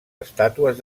estàtues